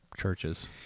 churches